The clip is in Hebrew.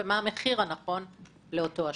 מה המחיר הנכון לאותו אשראי.